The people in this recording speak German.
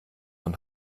und